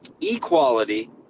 equality